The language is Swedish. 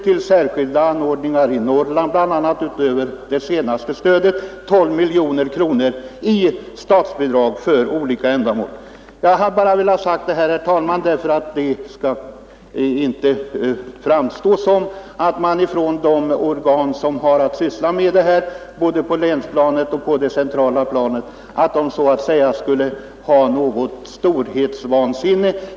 Till särskilda anordningar i Norrland bl.a., utöver det senaste stödet, har utgått 12 miljoner kronor i statsbidrag för olika ändamål. Jag har velat säga detta, herr talman, för att det inte skall framstå som om de organ som har att syssla med detta både på länsplanet och på det centrala planet så att säga skulle ha storhetsvansinne.